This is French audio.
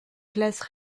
classes